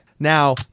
Now